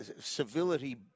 civility